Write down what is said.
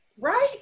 right